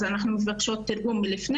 אנחנו מבקשות תרגום מראש,